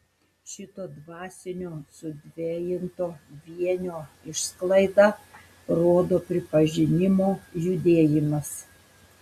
šito dvasinio sudvejinto vienio išsklaidą rodo pripažinimo judėjimas